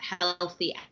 healthy